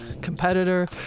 competitor